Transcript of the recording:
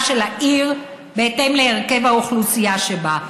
של העיר בהתאם להרכב האוכלוסייה שבה.